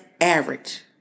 average